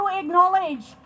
acknowledge